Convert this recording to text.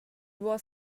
was